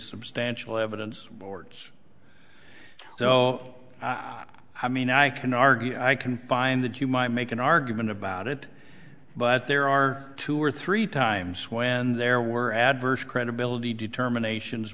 substantial evidence board's so i mean i can argue i can find that you might make an argument about it but there are two or three times when there were adverse credibility determination